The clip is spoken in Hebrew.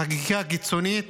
חקיקה קיצונית,